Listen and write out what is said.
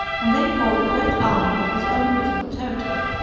and they poured a great army into his own original territory,